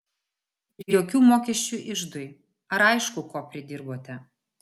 ir jokių mokesčių iždui ar aišku ko pridirbote